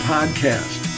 Podcast